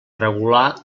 regular